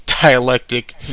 dialectic